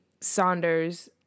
Saunders